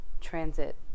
transit